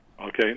Okay